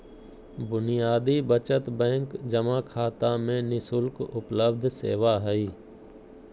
बुनियादी बचत बैंक जमा खाता में नि शुल्क उपलब्ध सेवा हइ